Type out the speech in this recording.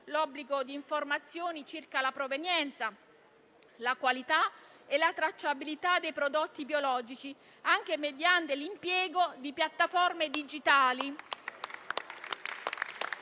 l'obbligo di informazione circa la provenienza, la qualità e la tracciabilità dei prodotti biologici, anche mediante l'impiego di piattaforme digitali.